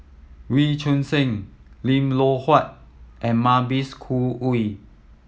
Wee Choon Seng Lim Loh Huat and Mavis Khoo Oei